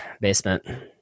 basement